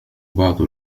بعض